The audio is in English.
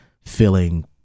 feeling